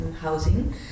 housing